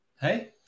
hey